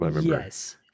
Yes